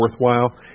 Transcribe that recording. worthwhile